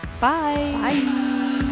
bye